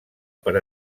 per